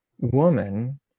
woman